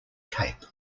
cape